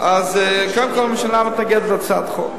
קודם כול, הממשלה מתנגדת להצעת החוק.